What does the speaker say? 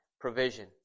provision